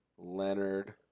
Leonard